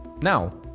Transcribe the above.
Now